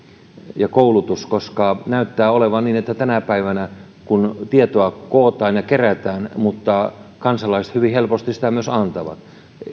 tai koulutus koska näyttää olevan niin että tänä päivänä kun tietoa kootaan ja kerätään kansalaiset hyvin helposti sitä myös antavat